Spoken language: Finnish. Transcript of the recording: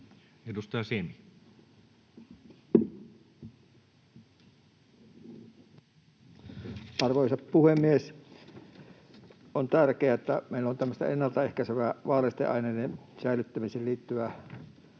Content: Arvoisa puhemies! On tärkeää, että meillä on tämmöistä ennaltaehkäisevää vaarallisten aineiden säilyttämiseen liittyvää kartoitusta